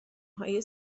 های